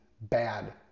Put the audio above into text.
bad